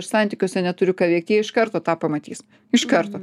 aš santykiuose neturiu ką veikt jie iš karto tą pamatys iš karto